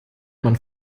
man